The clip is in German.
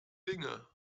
dinge